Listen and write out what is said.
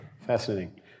Fascinating